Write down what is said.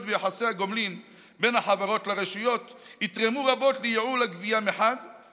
ויחסי הגומלין בין החברות לרשויות יתרמו רבות לייעל הגבייה מחד גיסא,